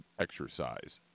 exercise